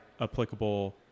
applicable